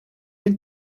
den